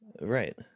right